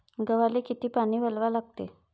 गव्हाले किती पानी वलवा लागते?